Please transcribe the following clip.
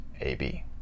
A-B